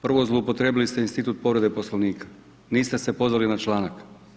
Prvo zloupotrijebili ste institut povrede Poslovnika, niste se pozvali na članak.